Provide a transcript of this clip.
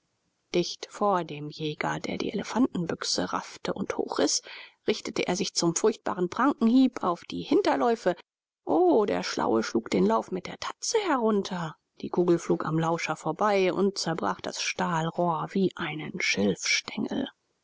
dicht vor dem jäger der die elefantenbüchse raffte und hochriß richtete er sich zum furchtbaren prankenhieb auf die hinterläufe o der schlaue schlug den lauf mit der tatze herunter die kugel flog am lauscher vorbei und zerbrach das stahlrohr wie einen